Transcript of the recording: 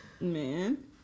Man